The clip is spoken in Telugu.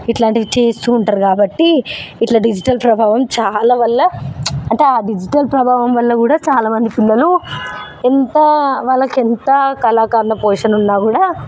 ఇట్లాంటివి చేస్తూ ఉంటారు కాబట్టి ఇట్ల డిజిటల్ ప్రభావం చాలా వల్ల అంటే ఆ డిజిటల్ ప్రభావం వల్ల కూడా చాలా మంది పిల్లలు ఎంత వాళ్ళకు ఎంత కళాకారుల పోషణ ఉన్న కూడా